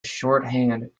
shorthand